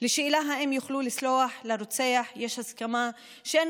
על השאלה אם יוכלו לסלוח לרוצח יש הסכמה שאין